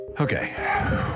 Okay